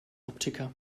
optiker